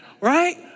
Right